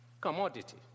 Commodity